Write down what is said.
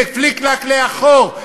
ופליק-פלאק לאחור,